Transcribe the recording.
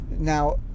Now